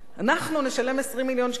אנחנו נשלם 20 מיליון שקלים.